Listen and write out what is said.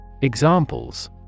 Examples